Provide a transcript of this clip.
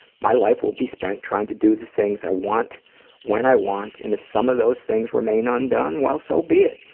my life will be spent trying to do the things i want when i want, and if some of those things remain undone, well, so be it.